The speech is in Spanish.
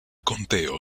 conteo